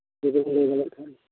ᱡᱩᱫᱤᱢ ᱞᱟᱹᱭᱫᱟᱲᱤᱭᱟᱜ ᱠᱷᱟᱱ